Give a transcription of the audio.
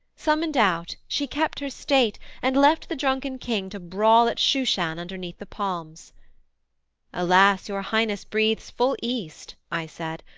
summoned out she kept her state, and left the drunken king to brawl at shushan underneath the palms alas your highness breathes full east i said,